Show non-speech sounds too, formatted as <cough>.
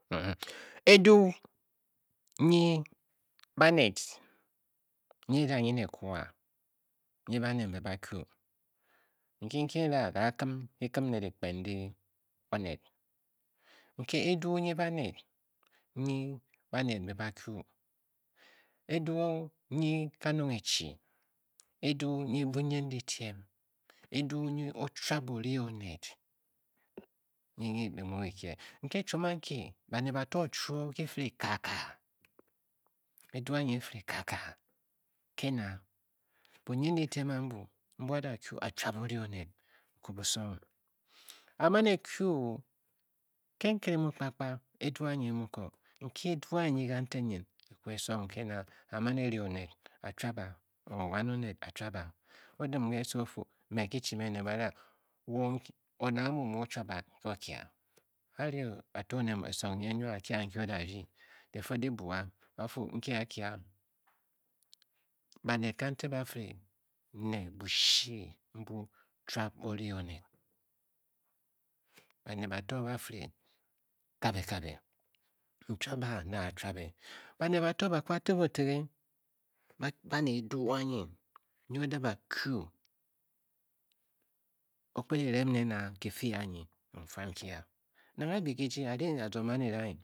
Adu nye ba'nel <hesitation> nye ka nyele kuar nya ba'nel mbe ba que inki nke la ke Kem le le pkem undi o'nel nte adu inye ba nel inye ba'nel mbe ba que a due nye ka Nur echi a du nye bo yen letem a'du nye otuab o'le o'nel nye nke imoile be kel nke chumanke ba'nel ba Tor chor gafele Kal Kal a'du anye a'fele ka ka kanar bo yen letem ambu bala tuab ole o'nel key bosong a'man kue Kem kele mu apka a'du anye a mu kor qua inyen kan ten ge song ke na ka ten nyen a'man le o'nel ba tua ba woe wan o'nel ba tua ba o dem ge'se ofu me ke chimnen ba lar wor o'nel amu nke otua ba kor gea'r a're kato'r o'nel esong eya wank a kato'r o'kea nke ora di le fle le bua ba Fu nke a Kia ba nel kana kana bafle le boshi a'ole o'nel ba'nel ba tor ba flee kabe kabe ntuaba nlea tuabe ba'nel ba tor ba que tebe o'r tebe ba'nel a'du 6wa o'nel qadu Baki opkel letem wa ke ke aye a'nkea na ba nu gaji ba ga zonk o'nel ah ye